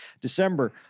December